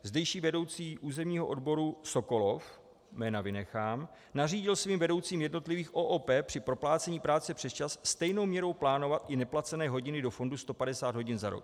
Zdejší vedoucí územního odboru Sokolov, jména vynechám, nařídil svým vedoucím jednotlivých OOP při proplácení práce přesčas stejnou měrou plánovat i neplacené hodiny do fondu 150 hodin za rok.